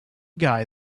guy